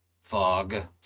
fog